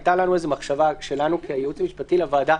הייתה לנו מחשבה שלנו כייעוץ המשפטי לוועדה,